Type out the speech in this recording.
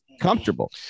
comfortable